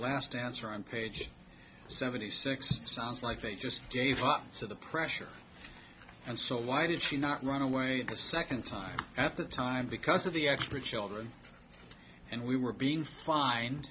last answer on page seventy six sounds like they just gave up so the pressure and so why did she not run away the second time after time because of the expert children and we were being